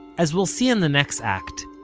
as we'll see in the next act,